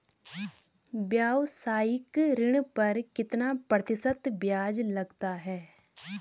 व्यावसायिक ऋण पर कितना प्रतिशत ब्याज लगता है?